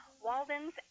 Walden's